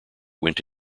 went